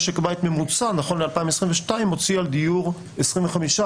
משק בית ממוצע נכון ל-2022 מוציא על דיור 25%,